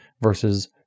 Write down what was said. versus